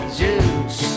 juice